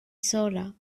sola